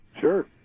Sure